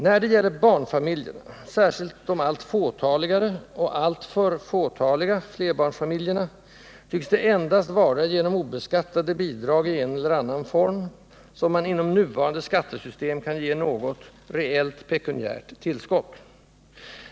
När det gäller barnfamiljerna, särskilt de allt fåtaligare och alltför fåtaliga flerbarnsfamiljerna, tycks det endast vara genom obeskattade bidrag i en eller annan form som man inom nuvarande skattesystem kan ge något reellt vekuniärt tillskott.